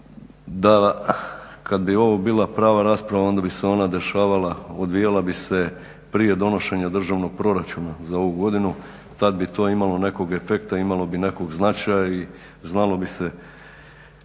Kad bi ovo bila prava rasprava onda bi se ona dešavala, odvijala bi se prije donošenja državnog proračuna za ovu godinu. Tad bi to imalo nekog efekta i imalo bi nekog značaja i znalo bi se,